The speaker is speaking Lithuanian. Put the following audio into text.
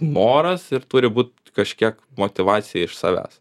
noras ir turi būt kažkiek motyvacija iš savęs